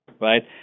right